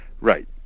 Right